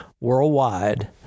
worldwide